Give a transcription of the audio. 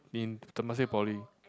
in Temasek Poly